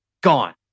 gone